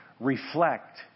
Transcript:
reflect